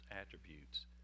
attributes